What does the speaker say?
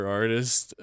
artist